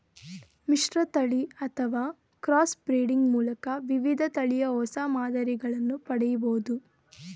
ಮಿಶ್ರತಳಿ ಅಥವಾ cross breeding ಮೂಲಕ ವಿವಿಧ ತಳಿಯ ಹೊಸ ಮಾದರಿಗಳನ್ನು ಪಡೆಯಬೋದು